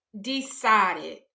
decided